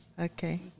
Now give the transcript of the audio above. Okay